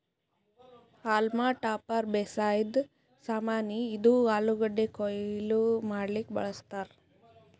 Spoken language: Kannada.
ಹಾಲ್ಮ್ ಟಾಪರ್ ಬೇಸಾಯದ್ ಸಾಮಾನಿ, ಇದು ಆಲೂಗಡ್ಡಿ ಕೊಯ್ಲಿ ಮಾಡಕ್ಕ್ ಬಳಸ್ತಾರ್